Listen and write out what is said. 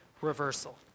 reversal